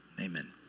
Amen